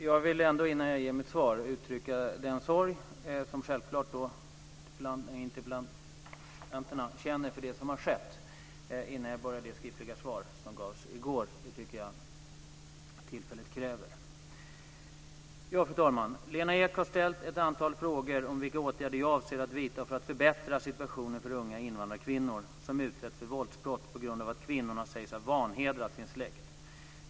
Fru talman! Innan jag ger mitt svar vill jag uttrycka den sorg som självklart också jag känner för det som har skett. Lena Ek har ställt ett antal frågor om vilka åtgärder jag avser att vidta för att förbättra situationen för unga invandrarkvinnor som utsätts för våldsbrott på grund av att kvinnorna sägs ha "vanhedrat" sin släkt.